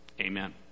Amen